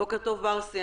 בוקר טוב, ברסי.